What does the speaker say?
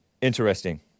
interesting